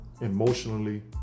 emotionally